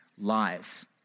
Lies